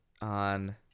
on